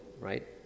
right